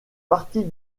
partie